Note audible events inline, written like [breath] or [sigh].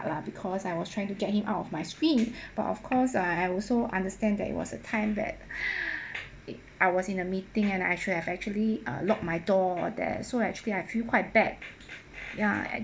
lah because I was trying to get him out of my screen [breath] but of course I I also understand that it was a time that [breath] it I was in a meeting and actually I've actually uh lock my door there so actually I feel quite bad ya and